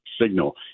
signal